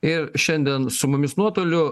ir šiandien su mumis nuotoliu